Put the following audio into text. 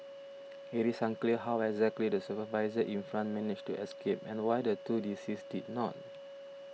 it is unclear how exactly the supervisor in front managed to escape and why the two deceased did not